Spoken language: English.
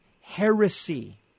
heresy